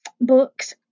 Books